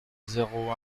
zéro